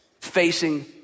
facing